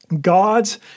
God's